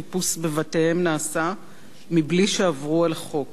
וחיפוש בבתיהם נעשה בלי שעברו על החוק.